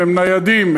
הם ניידים.